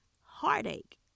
heartache